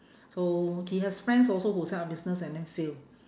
so he has friends also who set up business and then fail